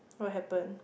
what happened